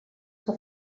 que